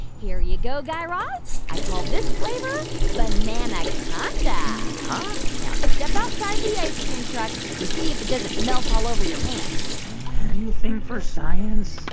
here you go, guy raz. i call this flavor bananaconda huh? now step outside the ice cream truck and see if it doesn't melt all over your hands anything for science.